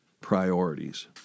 Priorities